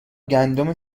گندم